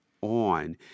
on